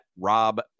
Rob